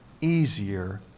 easier